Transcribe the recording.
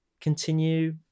continue